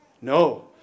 No